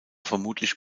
vermutlich